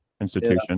institution